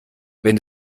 wenn